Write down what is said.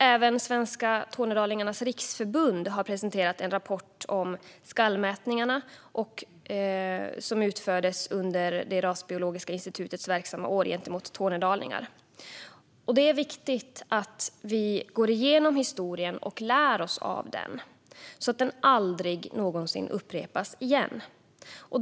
Även Svenska Tornedalingars Riksförbund har presenterat en rapport om skallmätningarna som utfördes på tornedalingar under det rasbiologiska institutets verksamma år. Det är viktigt att vi går igenom historien och lär oss av den så att den aldrig någonsin upprepas.